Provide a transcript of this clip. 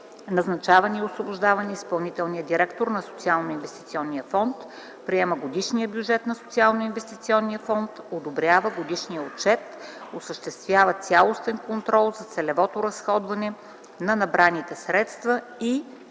назначаване и освобождаване изпълнителния директор на Социалноинвестиционния фонд; приема годишния бюджет на Социалноинвестиционния фонд; одобрява годишния отчет; осъществява цялостен контрол за целевото разходване на набраните средства и